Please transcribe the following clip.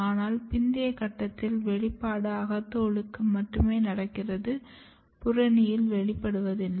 ஆனால் பிந்திய கட்டத்தில் வெளிப்பாடு அகத்தோலுக்கு மட்டுமே நடக்கிறது புறணி வெளிப்படுவது இல்லை